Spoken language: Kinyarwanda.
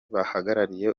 bahagarariye